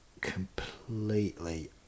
completely